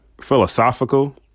philosophical